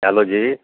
hello ਜੀ